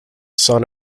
son